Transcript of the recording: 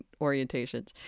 orientations